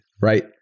Right